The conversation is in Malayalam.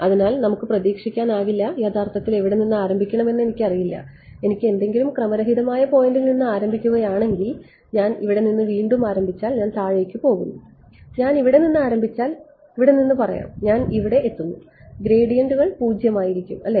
അതിനാൽ നമുക്ക് പ്രതീക്ഷിക്കാനാകില്ല യഥാർത്ഥത്തിൽ എവിടെ നിന്ന് ആരംഭിക്കണമെന്ന് എനിക്കറിയില്ല എനിക്ക് എന്തെങ്കിലും ക്രമരഹിതമായ പോയിന്റിൽ നിന്ന് ആരംഭിക്കുകയാണെങ്കിൽ ഞാൻ ഇവിടെ നിന്ന് വീണ്ടും ആരംഭിച്ചാൽ ഞാൻ താഴേക്ക് പോകുന്നു ഞാൻ ഇവിടെ നിന്ന് ആരംഭിച്ചാൽ ഇവിടെ നിന്ന് പറയാം ഞാൻ ഇവിടെ എത്തുന്നു ഗ്രേഡിയന്റുകൾ 0 ആയിരിക്കും അല്ലേ